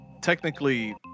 technically